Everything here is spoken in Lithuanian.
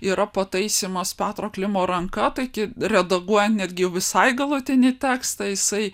yra pataisymas petro klimo ranka taigi redaguojant netgi visai galutinį tekstą jisai